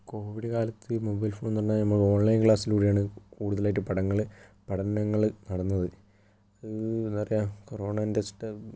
Covid കാലത്ത് mobile ഫോണെന്ന് പറഞ്ഞാൽ നമുക്ക് ഓൺലൈൻ ക്ലാസ്സിലൂടെയാണ് കൂടുതലായിട്ട് പടങ്ങൾ പഠനങ്ങൾ നടന്നത് എന്താ പറയുക കൊറോണ എൻ്റെ